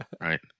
right